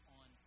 on